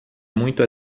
muito